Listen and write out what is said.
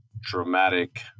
dramatic